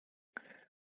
but